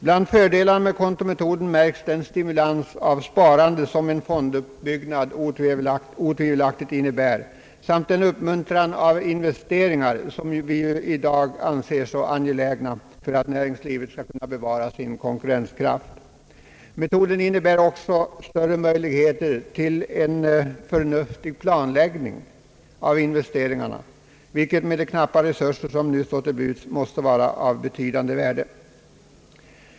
Bland fördelarna med kontometoden märks den stimulans av sparande som en fonduppbyggnad otvivelaktigt innebär och den uppmuntran av investeringar som vi ju i dag anser så angelägna för att näringslivet skall kunna bevara sin konkurrenskraft. Metoden innebär också större möjligheter till en förnuftig planläggning av investeringarna, vilket med de knappa resurser som nu står till buds måste vara av betydande värde.